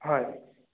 হয়